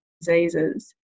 diseases